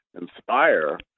inspire